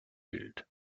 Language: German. wild